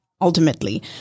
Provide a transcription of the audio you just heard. Ultimately